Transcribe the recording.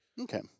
Okay